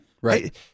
right